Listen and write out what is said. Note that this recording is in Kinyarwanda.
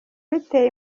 biteye